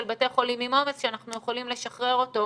בתי חולים עם עומס שאנחנו יכולים לשחרר אותם